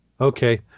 Okay